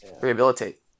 rehabilitate